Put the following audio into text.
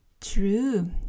true